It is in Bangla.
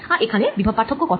আর এখানে বিভব পার্থক্য কত